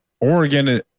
Oregon